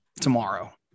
tomorrow